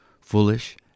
Foolish